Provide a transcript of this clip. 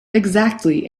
exactly